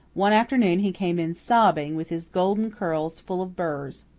one afternoon he came in sobbing, with his golden curls full of burrs.